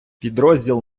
підрозділ